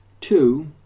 two